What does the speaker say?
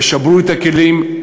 ושברו את הכלים.